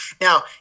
Now